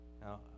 Now